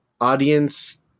audience